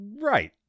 Right